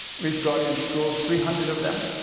reef guardian schools, three hundred of them.